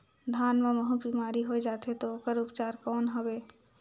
धान मां महू बीमारी होय जाथे तो ओकर उपचार कौन हवे?